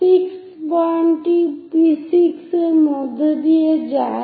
6th পয়েন্টটি P6 এর মধ্যে দিয়ে যায়